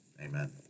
Amen